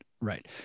right